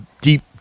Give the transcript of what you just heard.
deep